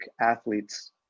athletes